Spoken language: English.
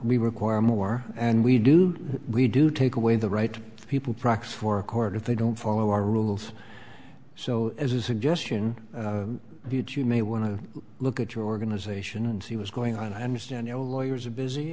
we require more and we do we do take away the right people practice for court if they don't follow our rules so as a suggestion if you do you may want to look at your organization and he was going on i understand your lawyers are busy